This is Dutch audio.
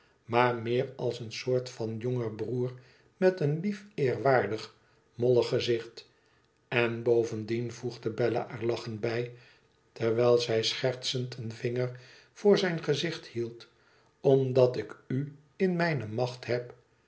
maar meer als een soort van jonger broer met een lief eerwaardig mollig gezicht n bovendien voegde bella er lachend bij terwijl zij schertsend een vinger voor zijn gezicht hield omdat ik u in mijne macht heb